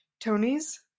Tony's